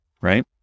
right